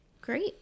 Great